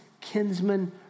kinsman